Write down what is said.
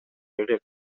элек